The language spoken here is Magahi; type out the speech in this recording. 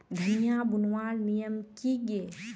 धनिया बूनवार नियम की गे?